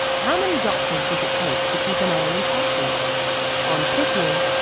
how many doctors does it take to keep an island healthy on piffling,